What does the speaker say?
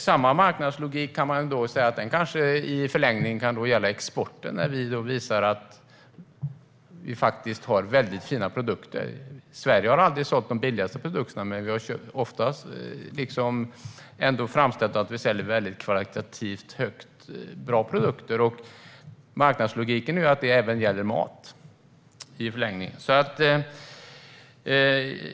Samma marknadslogik kan i förlängningen gälla exporten. Vi har väldigt fina produkter. Sverige har aldrig sålt de billigaste produkterna, men vi har ändå framhållit att vi sätter kvaliteten högt. Bra produkter och marknadslogiken gör att det i förlängningen även gäller mat.